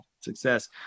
success